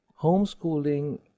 homeschooling